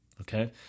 okay